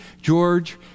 George